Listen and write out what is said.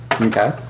Okay